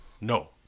no